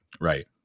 Right